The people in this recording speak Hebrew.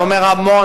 זה אומר המון,